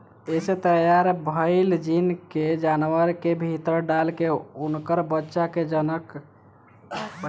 एसे तैयार भईल जीन के जानवर के भीतर डाल के उनकर बच्चा के जनम करवावल जाला